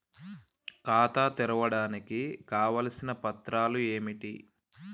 ఖాతా తెరవడానికి కావలసిన పత్రాలు ఏమిటి?